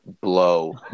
blow